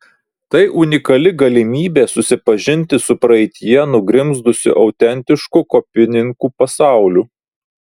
tai unikali galimybė susipažinti su praeityje nugrimzdusiu autentišku kopininkų pasauliu